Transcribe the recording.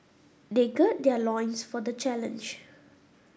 they gird their loins for the challenge